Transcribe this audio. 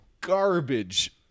garbage